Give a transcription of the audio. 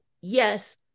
Yes